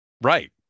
right